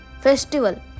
festival